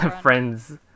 friends